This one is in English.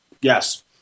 yes